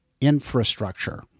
infrastructure